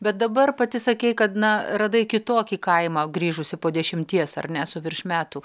bet dabar pati sakei kad na radai kitokį kaimą grįžusi po dešimties ar ne su virš metų